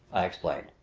i explained.